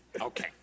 Okay